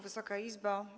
Wysoka Izbo!